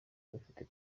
bafite